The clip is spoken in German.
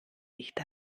nicht